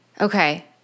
Okay